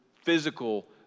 physical